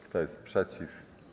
Kto jest przeciw?